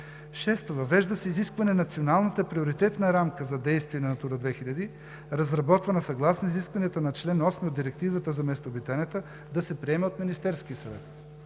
6. Въвежда се изискване Националната приоритетна рамка за действие на „Натура 2000“, разработвана съгласно изискванията на чл. 8 от Директивата за местообитанията, да се приема от Министерския съвет.